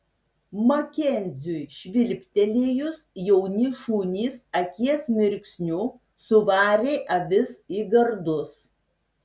makenziui švilptelėjus jauni šunys akies mirksniu suvarė avis į gardus